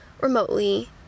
remotely